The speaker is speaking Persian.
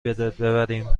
ببریم